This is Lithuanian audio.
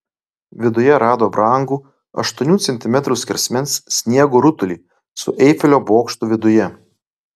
viduje rado brangų aštuonių centimetrų skersmens sniego rutulį su eifelio bokštu viduje